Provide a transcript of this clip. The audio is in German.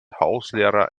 hauslehrer